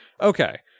okay